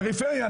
פריפריה,